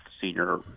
senior